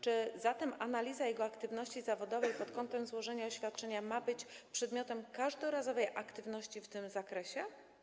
Czy zatem analiza jego aktywności zawodowej pod kątem złożenia oświadczenia ma być przedmiotem każdorazowej aktywności w tym zakresie?